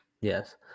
Yes